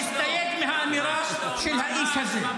אף אחד לא הסתייג מהאמירה של האיש הזה.